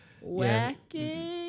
Whacking